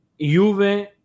Juve